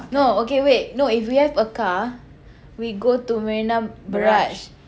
no okay wait no if we have a car we go to Marina Barrage